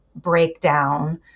breakdown